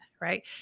Right